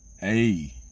Hey